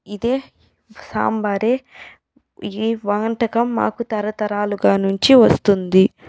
ఇదే సాంబారే ఈ వాంటకం మాకు తరతరాలుగా నుంచి వస్తుంది